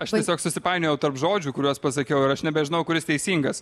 aš tiesiog susipainiojau tarp žodžių kuriuos pasakiau ir aš nebežinau kuris teisingas